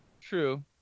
True